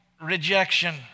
rejection